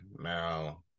Now